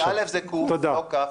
חבר הכנסת טיבי, א', זה ק', לא כ'.